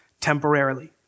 temporarily